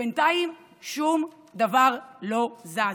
ובינתיים שום דבר לא זז.